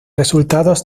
resultados